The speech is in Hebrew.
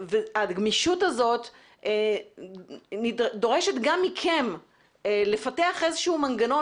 הגמישות הזאת דורשת גם מכם לפתח איזשהו מנגנון